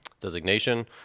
designation